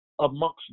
amongst